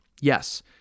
Yes